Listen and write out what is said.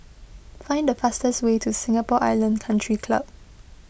find the fastest way to Singapore Island Country Club